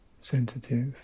sensitive